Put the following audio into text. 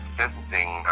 sentencing